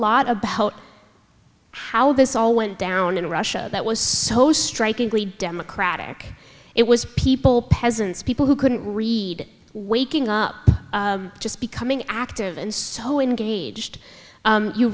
lot about how this all went down in russia that was so strikingly democratic it was people peasants people who couldn't read waking up just becoming active and so engaged you